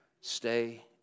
stay